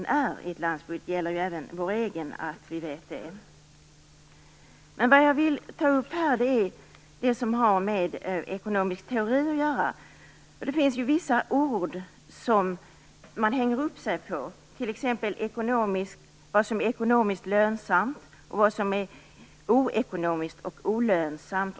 Det bör vi även känna till när det gäller vårt eget land. Men det som jag vill ta upp här gäller det som har med ekonomisk teori att göra. Det finns vissa ord som man hänger upp sig på, t.ex. vad som är ekonomiskt lönsamt och vad som är oekonomiskt och olönsamt.